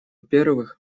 первых